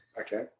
Okay